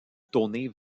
tourner